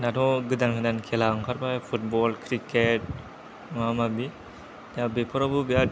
दाथ' गोदान गोदान खेला ओंखारबाय फुटबल क्रिकेट माबा माबि दा बेफोरावबो बिराद